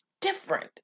different